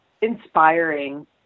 inspiring